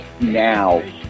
now